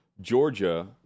Georgia